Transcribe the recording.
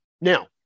Now